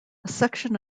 section